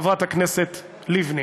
חברת הכנסת לבני: